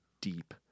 deep